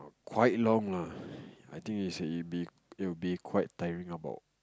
quite long lah I think is it be it'll be quite tiring about